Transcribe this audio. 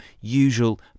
usual